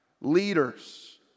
Leaders